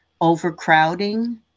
overcrowding